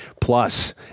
plus